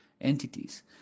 entities